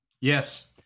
Yes